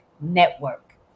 Network